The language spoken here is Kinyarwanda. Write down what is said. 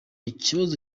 ikibazo